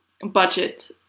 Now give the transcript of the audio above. budget